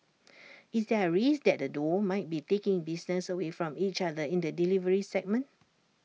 is there A risk that the duo might be taking business away from each other in the delivery segment